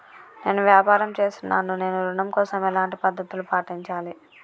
నేను వ్యాపారం చేస్తున్నాను నేను ఋణం కోసం ఎలాంటి పద్దతులు పాటించాలి?